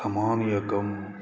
समान अइ कम